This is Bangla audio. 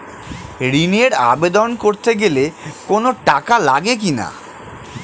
ঋণের আবেদন করতে গেলে কোন টাকা লাগে কিনা?